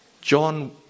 John